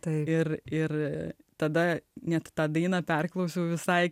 taip ir ir tada net tą dainą perklausiau visai